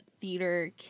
theater